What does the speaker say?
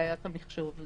בעיית המחשוב.